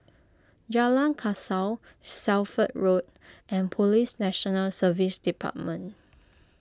Jalan Kasau Shelford Road and Police National Service Department